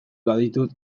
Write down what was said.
baditut